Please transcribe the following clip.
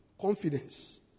Confidence